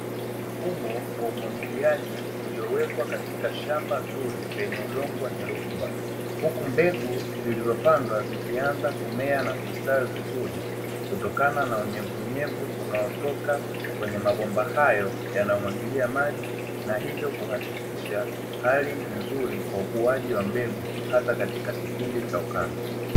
Mfumo wa umwagiliaji uliowekwa katika shamba zuri lenye udongo wenye rutuba huku mbegu zilizopandwa zikianza kumea na kustawi vizuri kutikana na unyevu unyevu unaotoka kwenye mabomba hayo yanayomwagilia maji na hivyo kuhakikisha hali nzuri kwa ukuaji wa mbegu hata katika kipindi cha ukame.